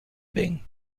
bains